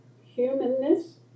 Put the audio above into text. humanness